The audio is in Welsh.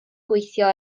gweithio